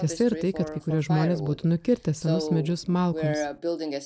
tiesa ir tai kad kai kurie žmonės būtų nukirtę senus medžius malkoms